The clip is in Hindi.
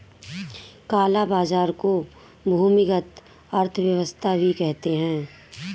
काला बाजार को भूमिगत अर्थव्यवस्था भी कहते हैं